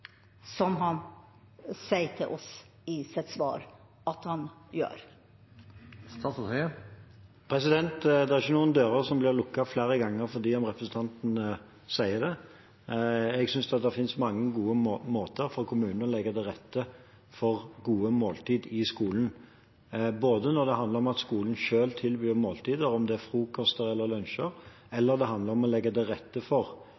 som han sier til oss i sitt svar at han gjør? Det er ikke noen dører som blir lukket flere ganger fordi om representanten sier det. Det finnes mange gode måter for kommunene å legge til rette for gode måltider i skolen, både når det handler om at skolen selv tilbyr måltider, enten det er frokoster eller lunsjer, eller det handler om å legge til rette for